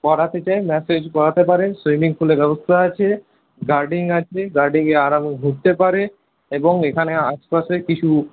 করাতে চায় ম্যাসাজ করাতে পারেন সুইমিং পুলের ব্যবস্থা আছে গার্ডেন আছে গার্ডেনে আরামে ঘুরতে পারে এবং এখানে আশপাশে কিছু